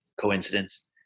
Coincidence